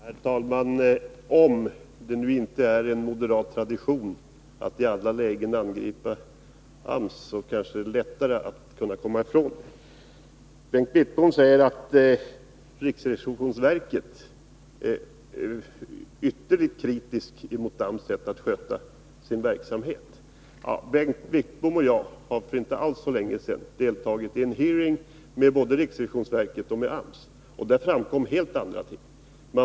Herr talman! Om det nu inte är en moderat tradition att i alla lägen angripa AMS, så kanske det är lättare att komma ifrån den här typen av diskussioner. Bengt Wittbom säger att riksrevisionsverket är ytterligt kritiskt emot AMS sätt att sköta sin verksamhet. Till det vill jag säga att Bengt Wittbom och jag förinte alls länge sedan har deltagit i en hearing med både riksrevisionsverket och AMS, och där framkom helt andra ting.